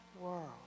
world